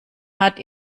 hat